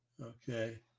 Okay